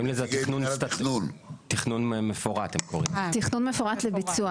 תכנון מפורט לביצוע.